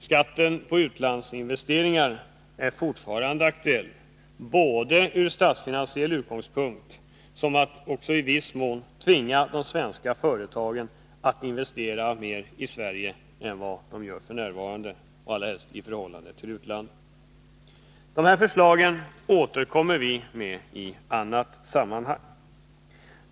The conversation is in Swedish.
Skatten på utlandsinvesteringar är fortfarande aktuell både från statsfinansiell utgångspunkt och med tanke på behovet att i viss mån tvinga de svenska företagen att investera mer i Sverige än i utlandet än vad de f.n. gör. Dessa förslag återkommer vi med i annat sammanhang.